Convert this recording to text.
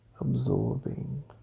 absorbing